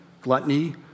gluttony